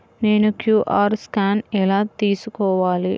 నేను QR scan ఎలా తీసుకోవాలి?